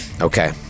Okay